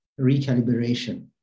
recalibration